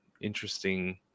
interesting